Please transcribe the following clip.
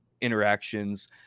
interactions